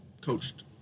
coached